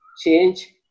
change